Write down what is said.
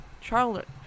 charlotte